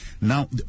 Now